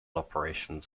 operations